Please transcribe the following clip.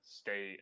stay